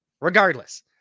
regardless